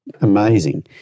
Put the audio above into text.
amazing